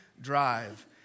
drive